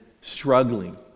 struggling